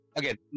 again